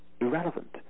irrelevant